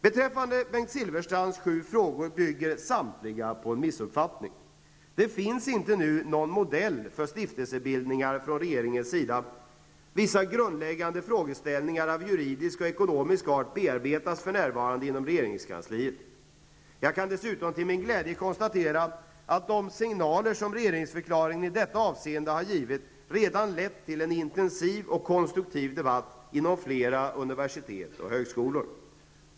Beträffande Bengt Silfverstrands sju frågor bygger samtliga på en missuppfattning. Det finns inte nu någon modell för stiftelsebildningar från regeringens sida. Vissa grundläggande frågeställningar av juridisk och ekonomisk art bearbetas för närvarande inom regeringskansliet. Jag kan dessutom till min glädje konstatera att de signaler som regeringsförklaringen i detta avseende givit har lett till en intensiv och konstruktiv debatt inom flera universitet och högskolor.